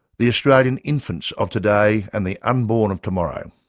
the australian infants of today and the unborn of tomorrow.